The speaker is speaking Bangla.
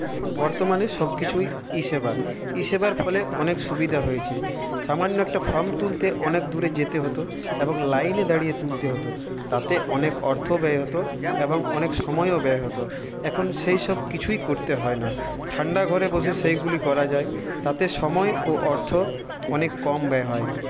এখন বর্তমানে সব কিছুই ই সেবা ই সেবার ফলে অনেক সুবিধা হয়েছে সামান্য একটা ফর্ম তুলতে অনেক দূরে যেতে হতো এবং লাইনে দাঁড়িয়ে তুলতে হতো তাতে অনেক অর্থ ব্যয় হতো এবং অনেক সময়ও ব্যয় হতো এখন সেই সবকিছুই করতে হয় না ঠান্ডা ঘরে বসে সেইগুলি করা যায় তাতে সময় ও অর্থ অনেক কম ব্যয় হয়